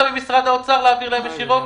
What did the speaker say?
ממשרד האוצר להעביר להם ישירות?